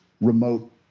remote